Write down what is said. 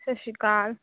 ਸਤਿ ਸ਼੍ਰੀ ਅਕਾਲ